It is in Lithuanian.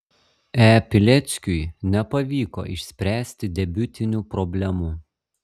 e pileckiui nepavyko išspręsti debiutinių problemų